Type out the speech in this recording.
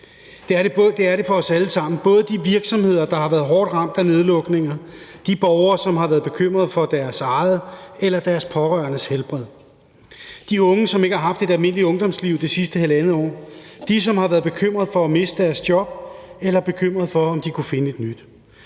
Det er det for os alle sammen, både de virksomheder, der har været hårdt ramt af nedlukninger, de borgere, som har været bekymret for deres eget eller deres pårørendes helbred, de unge, som ikke har haft et almindeligt ungdomsliv det sidste halvandet år, dem, som har været bekymret for at miste deres job eller bekymret for, om de kunne finde et nyt.